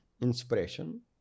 inspiration